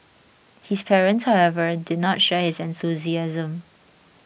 his parents however did not share his enthusiasm